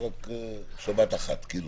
ובלבד שתקופת ההכרזה